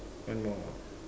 one more